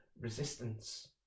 resistance